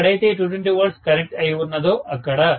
ఎక్కడైతే 220 V connect అయి ఉన్నదో అక్కడ